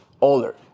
older